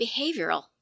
behavioral